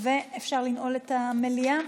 אפשר לנעול את המליאה?